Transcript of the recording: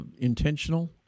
intentional